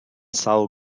sawl